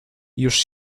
już